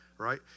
right